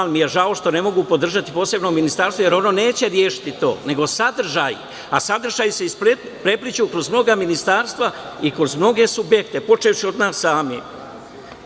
Žao mi je što ne mogu podržati posebno ministarstvo, jer ono neće rešiti to, nego sadržaj, a sadržaji se prepliću kroz mnoga ministarstva i kroz mnoge subjekte, počevši od nas samih.